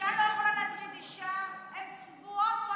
שאישה לא יכולה להטריד אישה, הן צבועות.